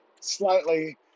slightly